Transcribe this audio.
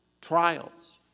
Trials